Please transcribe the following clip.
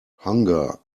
hunger